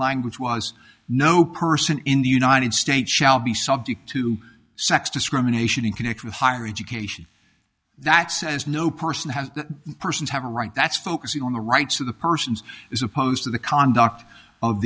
language was no person in the united states shall be subject to sex discrimination in connect with higher education that says no person has persons have a right that's focusing on the rights of the persons as opposed to the conduct of